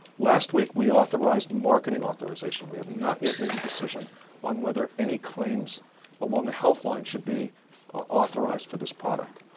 last week, we authorized marketing authorization. we have not yet made a decision on whether any claims along a health line should be authorized for this product.